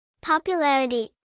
Popularity